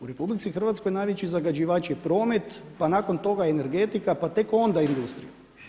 U RH najveći zagađivač je promet pa nakon toga energetika, pa tek onda industrija.